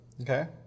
Okay